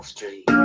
Street